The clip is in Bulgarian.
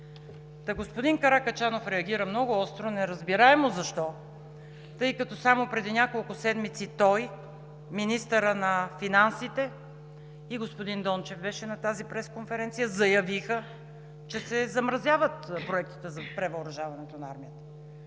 Господин Каракачанов реагира много остро, неразбираемо защо, тъй като само преди няколко седмици – той, министърът на финансите и господин Дончев беше на тази пресконференция, заявиха, че се замразяват проектите за превъоръжаването на армията.